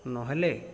ନହେଲେ